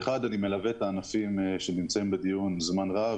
אני מלווה את הענפים שנמצאים בדיון זמן רב,